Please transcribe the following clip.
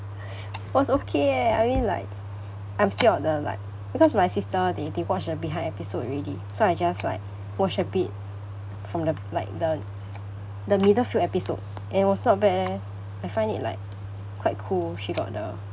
was okay leh I mean like I'm scared of the like because my sister they they watch the behind episode already so I just like watch a bit from the b~ like the the middle few episode and it was not bad leh I find it like quite cool she got the